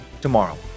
tomorrow